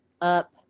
up